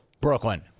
Brooklyn